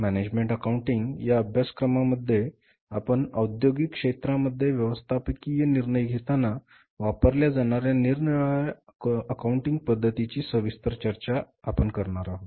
management accounting या अभ्यासक्रमामध्ये आपण औध्योगिक क्षेत्रांमध्ये व्यवस्थापकीय निर्णय घेताना वापरल्या जाणाऱ्या निरनिराळ्या अकाउंटिंगच्या पद्धतीची सविस्तर चर्चा करणार आहोत